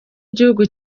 gihugu